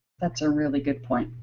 that's a really good point.